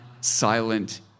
silent